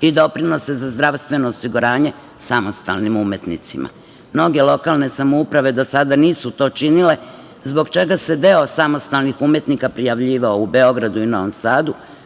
i doprinose za zdravstveno osiguranje samostalnim umetnicima. Mnoge lokalne samouprave do sada nisu to činile, zbog čega se deo samostalnih umetnika prijavljivao u Beogradu i Novom Sadu,